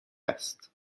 است